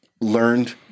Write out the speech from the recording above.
learned